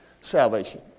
salvation